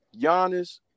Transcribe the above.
Giannis